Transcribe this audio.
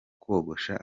kogosha